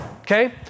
Okay